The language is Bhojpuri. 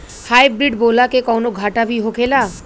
हाइब्रिड बोला के कौनो घाटा भी होखेला?